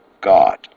God